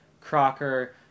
Crocker